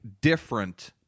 different